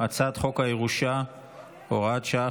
הצעת חוק הירושה (הוראת שעה,